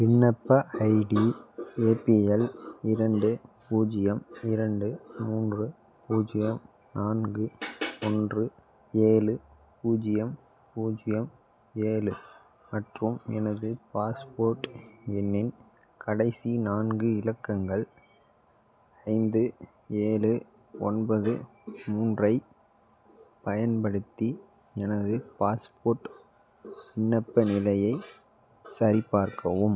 விண்ணப்ப ID APL இரண்டு பூஜ்ஜியம் இரண்டு மூன்று பூஜ்ஜியம் நான்கு ஒன்று ஏழு பூஜ்ஜியம் பூஜ்ஜியம் ஏழு மற்றும் எனது பாஸ்போர்ட் எண்ணின் கடைசி நான்கு இலக்கங்கள் ஐந்து ஏழு ஒன்பது மூன்றைப் பயன்படுத்தி எனது பாஸ்போர்ட் விண்ணப்ப நிலையை சரிபார்க்கவும்